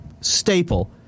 staple